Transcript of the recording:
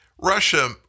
Russia